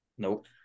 Nope